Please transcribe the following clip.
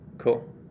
Cool